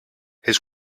his